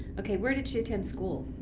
okay where did she attend school?